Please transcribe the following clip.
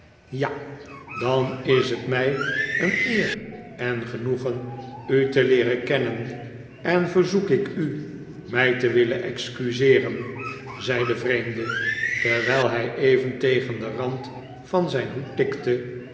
ja dan is t mij een eer en genoegen u te leeren kennen en verzoek ik u mij te willen excuseeren zei de vreemde terwijl hij even tegen den rand van zijn hoed tikte